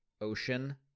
ocean